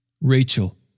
Rachel